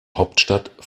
hauptstadt